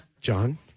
John